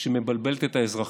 שמבלבלת את האזרחים.